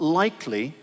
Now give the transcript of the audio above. likely